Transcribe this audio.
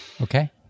Okay